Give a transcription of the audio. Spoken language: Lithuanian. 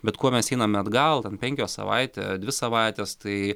bet kuo mes einame atgal ten penkios savaitė dvi savaitės tai